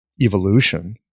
evolution